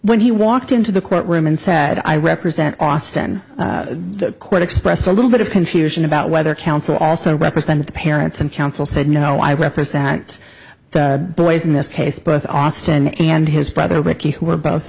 when he walked into the court room and said i represent austin the court expressed a little bit of confusion about whether counsel also represented the parents and counsel said no why weapons sent the boys in this case both austin and his brother ricky who are both